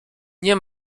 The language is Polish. nie